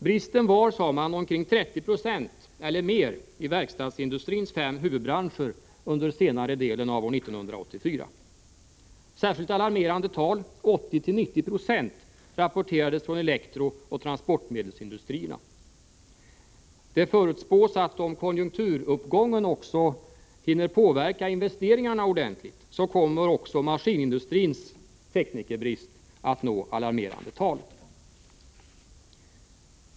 Bristen var, sade man, omkring 30 96 eller mera i verkstadsindustrins fem huvudbranscher under senare delen av 1984. Särskilt alarmerande tal — 80-90 2 — rapporterades från elektrooch transportmedelsindustrierna. Det förutspås att om konjunkturuppgången också hinner påverka investeringarna ordentligt, så kommer även maskinindustrins teknikerbrist att nå alarmerande tal.